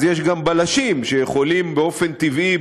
אז יש גם בלשים שיכולים באופן טבעי,